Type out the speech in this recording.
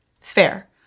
Fair